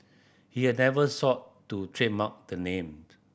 he has never sought to trademark the name